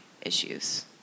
issues